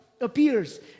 appears